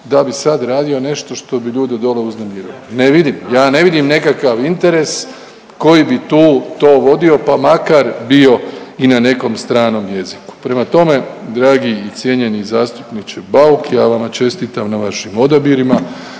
da bi sad radio nešto što bi ljude dole uznemirilo. Ne vidim, ja ne vidim nekakav interes koji bi tu to vodio pa makar bio i na nekom stranom jeziku. Prema tome, dragi i cijenjeni zastupniče Bauk ja vama čestitam na vašim odabirima.